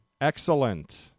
excellent